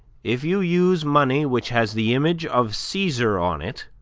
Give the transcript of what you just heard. if you use money which has the image of caesar on it,